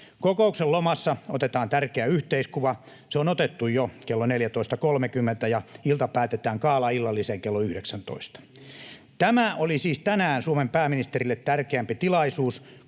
Kokouksen lomassa otetaan tärkeä yhteiskuva — se on otettu jo kello 14.30 — ja ilta päätetään gaalaillalliseen kello 19. Tämä oli siis tänään Suomen pääministerille tärkeämpi tilaisuus